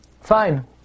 Fine